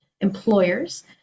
employers